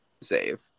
save